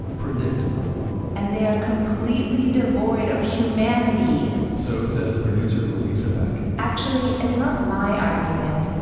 predictable and they are completely devoid of humanity so says producer luisa beck actually, it's not my argument,